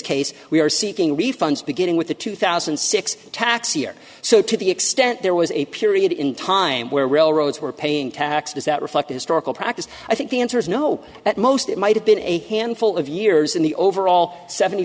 case we are seeking refunds beginning with the two thousand and six tax year so to the extent there was a period in time where railroads were paying taxes that reflect historical practice i think the answer is no at most it might have been a handful of years in the overall seventy